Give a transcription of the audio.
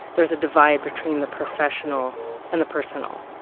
there is a divide between the professional and the personal.